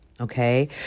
Okay